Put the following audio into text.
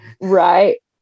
Right